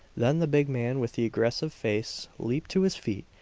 then the big man with the aggressive face leaped to his feet,